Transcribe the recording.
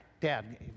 Dad